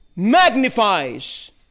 magnifies